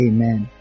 Amen